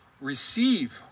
Receive